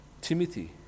Timothy